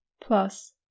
plus